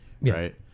right